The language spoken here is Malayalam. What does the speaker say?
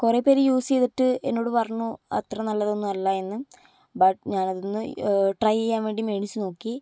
കുറെ പേര് യൂസ് ചെയ്തിട്ട് എന്നോട് പറഞ്ഞു അത്ര നല്ലതൊന്നുമല്ല എന്ന് ബട്ട് ഞാൻ അതൊന്ന് ട്രൈ ചെയ്യാൻ വേണ്ടി മേടിച്ചു നോക്കി